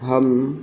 अहं